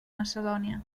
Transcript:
macedònia